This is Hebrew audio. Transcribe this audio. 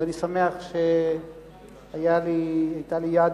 אז אני שמח שהיתה לי יד